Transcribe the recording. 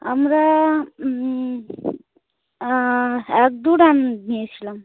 আমরা এক দু ড্রাম নিয়েছিলাম